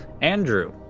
Andrew